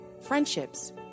friendships